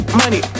money